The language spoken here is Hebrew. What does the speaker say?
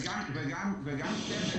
גם כן,